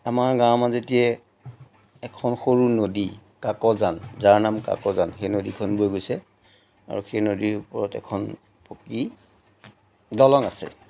আমাৰ গাঁৱৰ মাজেদিয়ে এখন সৰু নদী কাকজান যাৰ নাম কাকজান সেই নদীখন বৈ গৈছে আৰু সেই নদীৰ ওপৰত এখন পকী দলং আছে